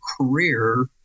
career